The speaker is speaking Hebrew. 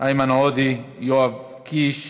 איימן עודה, יואב קיש,